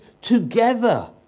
together